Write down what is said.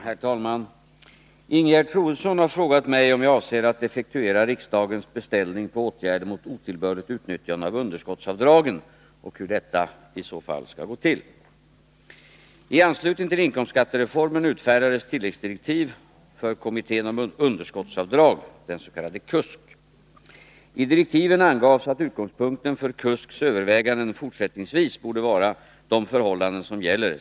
Herr talman! Ingegerd Troedsson har frågat mig om jag avser att effektuera riksdagens beställning på åtgärder mot otillbörligt utnyttjande av underskottsavdragen och hur detta i så fall skall gå till.